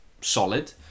solid